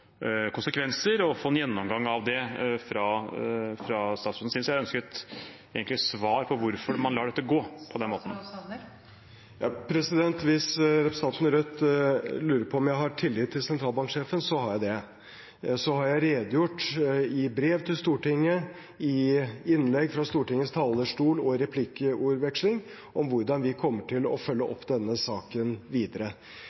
konsekvenser, og at vi bør få en gjennomgang av det fra statsrådens side. Jeg ønsket egentlig svar på hvorfor han lar dette gå. Hvis representanten fra Rødt lurer på om jeg har tillit til sentralbanksjefen, så har jeg det. Så har jeg i brev til Stortinget, i innlegg fra Stortingets talerstol og i replikkordvekslinger redegjort for hvordan vi kommer til å følge